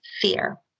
fear